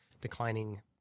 declining